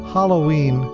Halloween